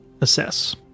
assess